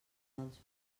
dels